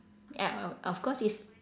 uh of course it's